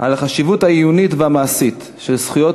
על החשיבות העיונית והמעשית של זכויות